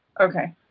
Okay